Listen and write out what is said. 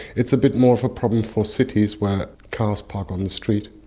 it's a bit more of a problem for cities where cars park on the street.